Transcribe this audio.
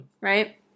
Right